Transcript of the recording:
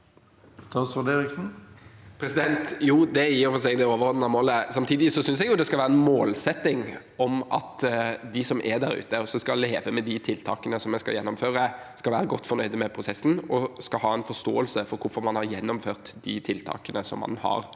Ja, det er i og for seg det overordnede målet. Samtidig synes jeg det skal være en målsetting at de som er der ute, og som skal leve med de tiltakene som vi skal gjennomføre, skal være godt fornøyd med prosessen og skal ha en forståelse for hvorfor man har gjennomført de tiltakene som man har